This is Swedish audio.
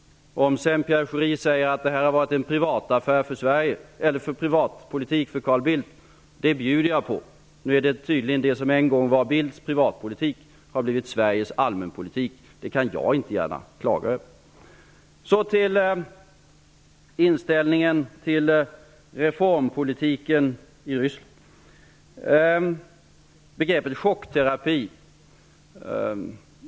Om Pierre Schori sedan säger att det har varit Carl Bildts privatpolitik så bjuder jag på det. Det som en gång var Bildts privatpolitik har tydligen blivit Sveriges allmänpolitik. Det kan jag inte gärna klaga över. Så till inställningen till reformpolitiken i Ryssland.